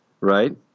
Right